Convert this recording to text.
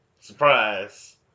Surprise